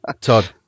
Todd